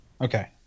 Okay